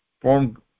formed